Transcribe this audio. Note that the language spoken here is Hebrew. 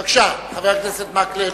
בבקשה, חבר הכנסת מקלב.